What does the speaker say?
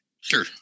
Sure